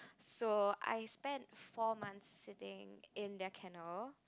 so I spent four months sitting in their cannon